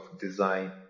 design